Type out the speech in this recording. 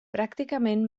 pràcticament